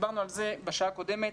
דיברנו על זה בשעה הקודמת.